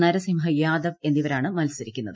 നരസിംഹ യാദവ് എന്നിവരാണ് മൽസരിക്കുന്നത്